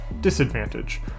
Disadvantage